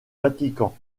vatican